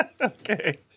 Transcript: okay